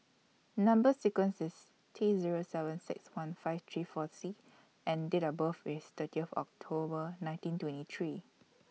Number sequence IS T Zero seven six one five three four C and Date of birth IS thirty of October nineteen twenty three